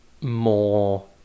more